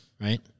right